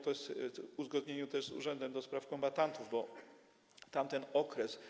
To jest w uzgodnieniu też z urzędem do spraw kombatantów, bo chodzi o tamten okres.